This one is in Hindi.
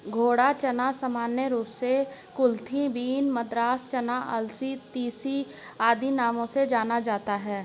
घोड़ा चना सामान्य रूप से कुलथी बीन, मद्रास चना, अलसी, तीसी आदि नामों से जाना जाता है